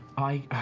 i